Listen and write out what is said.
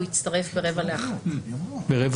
הוא יצטרף בשעה רבע